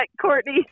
Courtney